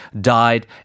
died